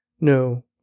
No